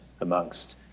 amongst